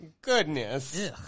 Goodness